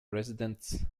residents